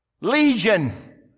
Legion